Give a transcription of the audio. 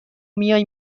میای